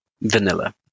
Vanilla